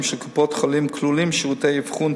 של קופות-חולים כלולים שירותי אבחון,